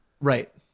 Right